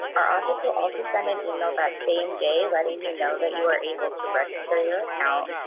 our office will also send an email that same day letting you know that you are able to register your account.